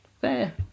fair